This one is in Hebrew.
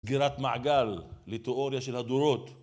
סגירת מעגל לתיאוריה של הדורות